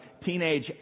teenage